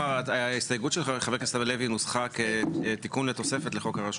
ההסתייגות של חבר הכנסת הלוי נוסחה כתיקון לתוספת לחוק הרשויות